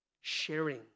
sharing